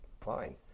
Fine